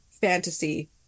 fantasy